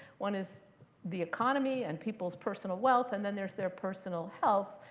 one is the economy and people's personal wealth. and then there's their personal health,